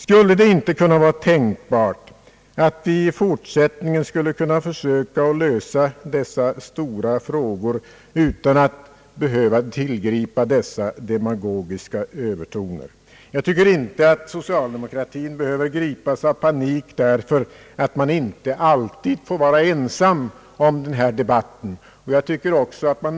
Skulle det inte kunna vara tänkbart att vi i fortsättningen försökte lösa dessa stora frågor utan att behöva tillgripa demagogiska övertoner? Jag tycker inte att socialdemokratin behöver gripas av panik därför att man inte alltid får vara ensam när olika reformer diskuteras.